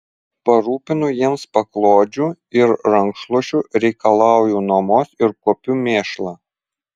parūpinu jiems paklodžių ir rankšluosčių reikalauju nuomos ir kuopiu mėšlą